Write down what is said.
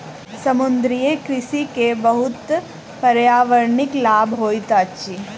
समुद्रीय कृषि के बहुत पर्यावरणिक लाभ होइत अछि